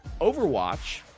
overwatch